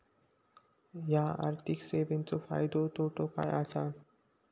हया आर्थिक सेवेंचो फायदो तोटो काय आसा?